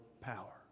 power